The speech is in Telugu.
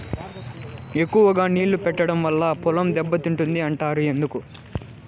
ఎక్కువగా నీళ్లు పెట్టడం వల్ల పొలం దెబ్బతింటుంది అంటారు ఎందుకు?